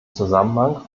zusammenhang